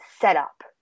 setup